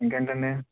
ఇంకా ఏంటి అండి